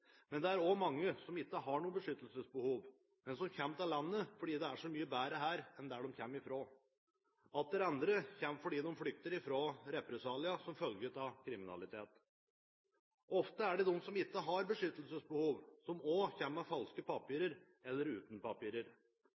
men som kommer til landet fordi det er så mye bedre her enn der de kommer fra. Atter andre kommer fordi de flykter fra represalier som følge av kriminalitet. Ofte er det de som ikke har beskyttelsesbehov, som også kommer med falske papirer eller uten papirer.